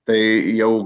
tai jau